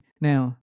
Now